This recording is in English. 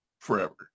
forever